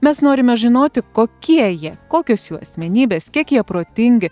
mes norime žinoti kokie jie kokios jų asmenybės kiek jie protingi